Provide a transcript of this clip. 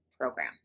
program